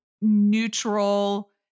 neutral